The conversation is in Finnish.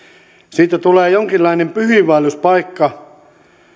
siitä tulee jonkinlainen pyhiinvaelluspaikka